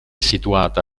situata